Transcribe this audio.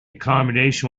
accommodation